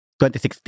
2016